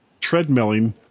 treadmilling